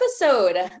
episode